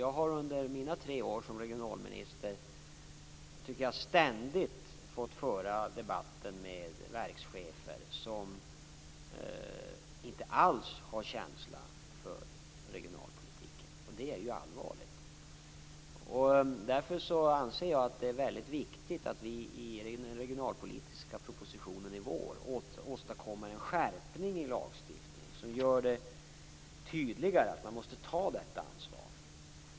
Jag har under mina tre år som regionalminister ständigt fått föra debatt med verkschefer som inte alls har känsla för regionalpolitiken. Detta är allvarligt. Därför anser jag att det är viktigt att vi i den regionalpolitiska propositionen i vår åstadkommer en skärpning i lagstiftningen som gör det tydligare att myndigheterna måste ta detta ansvar.